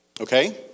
Okay